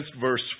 verse